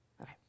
okay